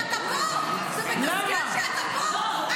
כשאתה פה זה מתסכל, כשאתה פה --- למה?